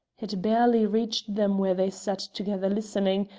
it barely reached them where they sat together listening,